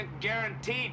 guaranteed